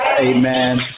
Amen